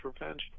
revenge